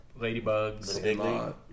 Ladybugs